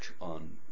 on